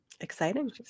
Exciting